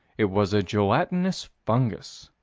it was a gelatinous fungus.